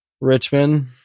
richmond